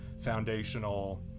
foundational